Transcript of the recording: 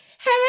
hey